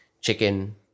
Chicken